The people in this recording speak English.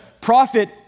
prophet